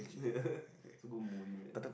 yeah it's a good movie man